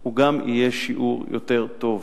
הוא גם יהיה שיעור יותר טוב.